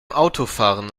autofahren